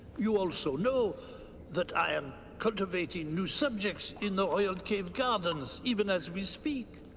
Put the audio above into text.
you also know that i am cultivating new subjects in the royal cave gardens even as we speak.